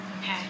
Okay